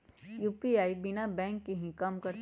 UPI बिना bank के भी कम करतै?